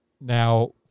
now